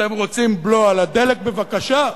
אתם רוצים בלו על הדלק, בבקשה,